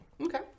Okay